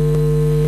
מקשיבה.